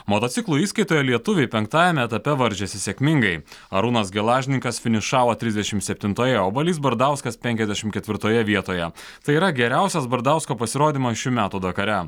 motociklų įskaitoje lietuviai penktajame etape varžėsi sėkmingai arūnas gelažninkas finišavo trisdešimt septintoje o balys bardauskas pekiasdešim ketvirtoje vietoje tai yra geriausias bardausko pasirodymas šių metų dakare